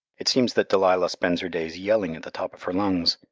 it seems that delilah spends her days yelling at the top of her lungs,